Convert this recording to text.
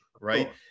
right